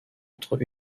entre